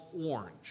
Orange